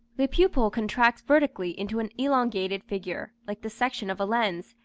the pupil contracts vertically into an elongated figure, like the section of a lens,